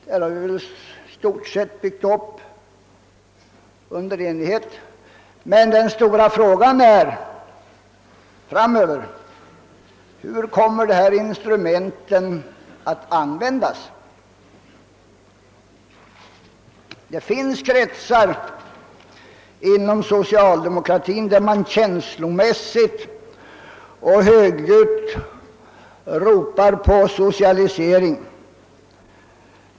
I stort sett har detta byggts upp i enighet. Men den stora frågan framöver är: Hur kommer dessa instrument att användas? Det finns kretsar inom socialdemokratin där man känslomässigt och högljutt ropar på socialisering.